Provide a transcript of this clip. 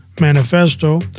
Manifesto